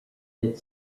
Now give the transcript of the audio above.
that